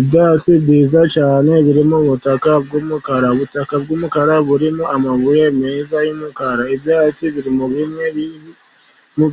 Ibyatsi byiza cyane birimo ubutaka bw'umukara. Ubutaka bw'umukara burimo amabuye meza y'umukara, ibyatsi biri muri